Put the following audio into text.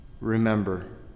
remember